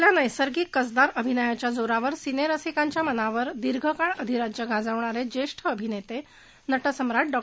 आपल्या नैसर्गिक कसदार अभिनयाच्या जोरावर सिनेरसिकांच्या मनावर प्रदीर्घकाळ अधिराज्य गाजवणारे ज्येष्ठ अभिनेते नटसम्राट डॉ